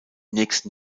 nächsten